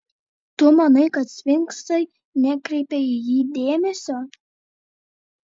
tu manai kad sfinksai nekreipia į jį dėmesio